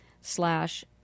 slash